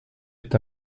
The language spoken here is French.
est